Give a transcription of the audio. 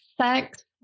sex